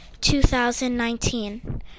2019